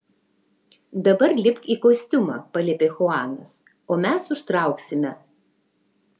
dabar lipk į kostiumą paliepė chuanas o mes užtrauksime